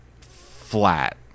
flat